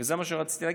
וזה מה שרציתי להגיד.